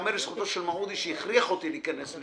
ייאמר לזכותו של מעודי שהכריח אותי להיכנס ל